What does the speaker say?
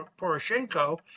Poroshenko